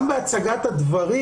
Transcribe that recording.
גם בהצגת הדברים,